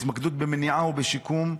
התמקדות במניעה ובשיקום,